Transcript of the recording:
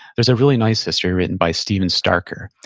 there's a really nice history written by steven starker,